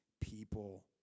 people